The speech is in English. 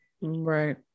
right